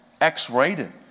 x-rated